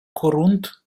корунд